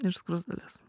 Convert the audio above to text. ir skruzdėles